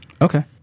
Okay